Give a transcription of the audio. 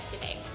today